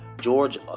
George